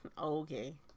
Okay